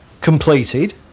completed